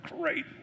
great